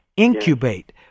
incubate